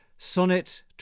Sonnet